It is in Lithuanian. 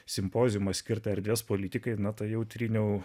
simpoziumą skirtą erdvės politikai na tai jau tryniau